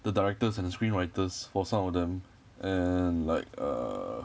the directors and the screen writers for some of them and like err